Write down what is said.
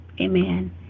Amen